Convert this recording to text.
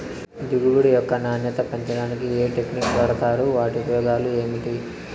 దిగుబడి యొక్క నాణ్యత పెంచడానికి ఏ టెక్నిక్స్ వాడుతారు వాటి ఉపయోగాలు ఏమిటి?